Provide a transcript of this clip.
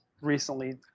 recently